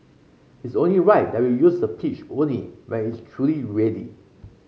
it's only right that we use the pitch only when it's truly ready